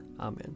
Amen